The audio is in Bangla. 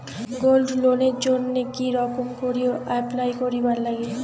গোল্ড লোনের জইন্যে কি রকম করি অ্যাপ্লাই করিবার লাগে?